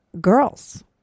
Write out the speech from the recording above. girls